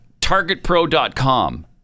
targetpro.com